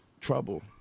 trouble